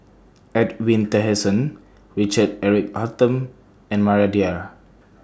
Edwin Tessensohn Richard Eric Holttum and Maria Dyer